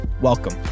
welcome